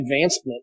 advancement